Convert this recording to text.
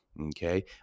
okay